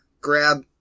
Grab